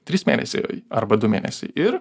trys mėnesiai arba du mėnesiai ir